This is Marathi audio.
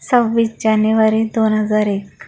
सव्वीस जानेवारी दोन हजार एक